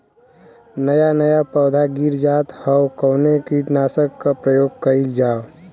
नया नया पौधा गिर जात हव कवने कीट नाशक क प्रयोग कइल जाव?